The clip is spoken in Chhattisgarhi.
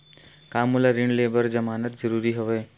का मोला ऋण ले बर जमानत जरूरी हवय?